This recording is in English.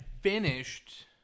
Finished